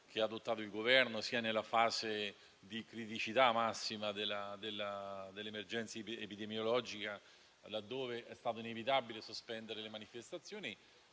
adottata dal Governo sia nella fase di criticità massima dell'emergenza epidemiologica, quando è stato inevitabile sospendere le manifestazioni,